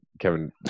Kevin